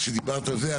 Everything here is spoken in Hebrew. כשדיברת על זה,